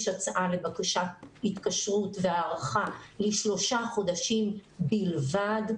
הצעה לבקשת התקשרות והארכה לשלושה חודשים בלבד.